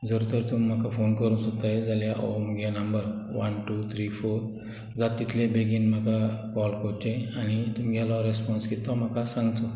जोर तोर तुमी म्हाका फोन करूंक सोदताय जाल्यार हो म्हुगे number one two three four जात तितले बेगीन म्हाका कॉल करचें आनी तुमगेलो रेस्पोन्स कित तो म्हाका सांगचो